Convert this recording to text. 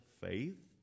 faith